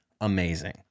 amazing